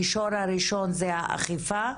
המישור הראשון זה האכיפה,